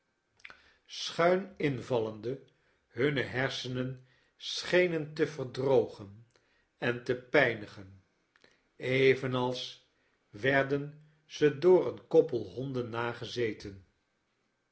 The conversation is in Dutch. schuin invallende hunne hersenen schenen te verdrogen en te pijnigen evenals werden ze door een koppei honden nagezeten